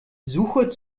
suche